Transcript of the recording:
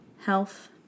health